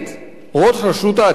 ראש רשות העתיקות?